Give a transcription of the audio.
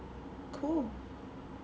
cool